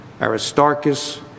Aristarchus